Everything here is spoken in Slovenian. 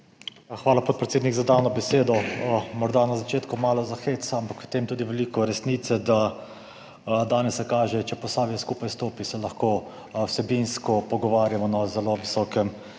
Hvala, podpredsednik, za dano besedo. Morda na začetku malo za hec, ampak je v tem tudi veliko resnice, danes se kaže, da če Posavje skupaj stopi, se lahko vsebinsko pogovarjamo na zelo visokem